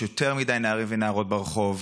יש יותר מדי נערים ונערות ברחוב.